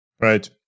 right